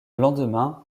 lendemain